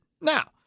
Now